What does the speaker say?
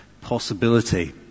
Possibility